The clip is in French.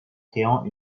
créant